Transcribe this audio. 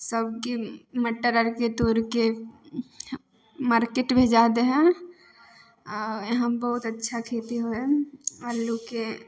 सबके मटर आरके तोड़िके मार्केट भेजा दै हइ आओर यहाँ बहुत अच्छा खेती होइ हइ अल्लूके